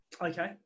Okay